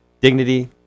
Dignity